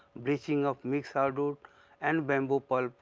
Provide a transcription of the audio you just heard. bleaching of mixed hardwood and bamboo pulp.